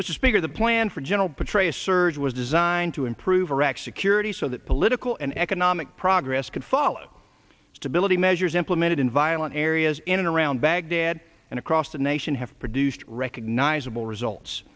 which is bigger the plan for general petraeus surge was designed to improve iraq's security so that political and economic progress could follow stability measures implemented in violent areas in and around baghdad and across the nation have produced recognizable results